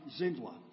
Zindler